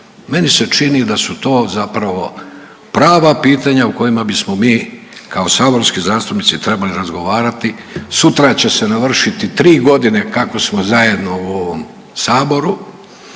Meni se čini da su to zapravo prava pitanja o kojima bismo mi kao saborski zastupnici trebali razgovarati. Sutra će se navršiti tri godine kako smo zajedno u ovom Saboru